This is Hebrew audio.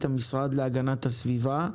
המשרד להגנת הסביבה,